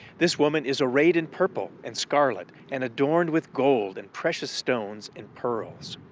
this woman is arrayed in purple and scarlet, and adorned with gold and precious stones and pearls